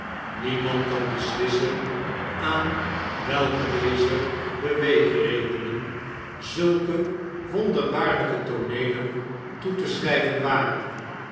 memand kan beslissen aan welke dezer beweegredenen zulke wonderbaarlpe tooneelen toe te schrijven waren